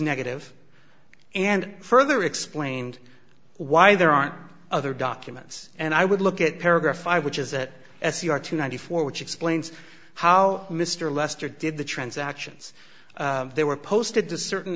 negative and further explained why there aren't other documents and i would look at paragraph i wish is that as you are to ninety four which explains how mr lester did the transactions there were posted to certain